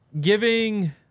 Giving